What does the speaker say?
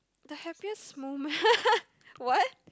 the happiest moment what